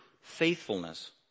faithfulness